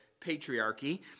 patriarchy